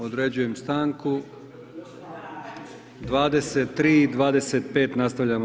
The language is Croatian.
Određujem stanku 23,25 nastavljamo